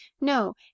No